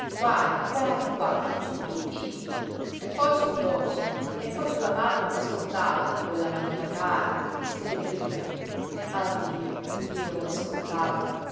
qua e qua e qua su tutti i ditini e poi sul dorso e poi su la palma che scottava di quella manina cara ischeletrita ah dio dio come scottava